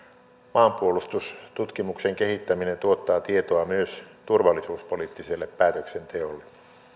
maanpuolustustutkimuksen kehittäminen tuottaa tietoa myös turvallisuuspoliittiselle päätöksenteolle